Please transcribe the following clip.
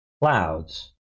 clouds